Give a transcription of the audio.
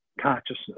consciousness